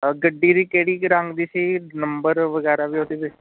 ਅ ਗੱਡੀ ਦੀ ਕਿਹੜੀ ਰੰਗ ਦੀ ਸੀ ਨੰਬਰ ਵਗੈਰਾ ਵੀ ਉਹਦੇ ਵਿੱਚ